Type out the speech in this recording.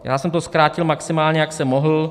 Já jsem to zkrátil maximálně, jak jsem mohl.